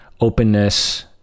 openness